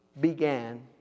began